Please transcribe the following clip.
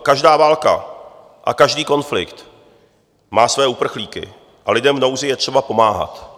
Každá válka a každý konflikt má svoje uprchlíky a lidem v nouzi je třeba pomáhat.